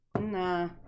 Nah